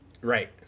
Right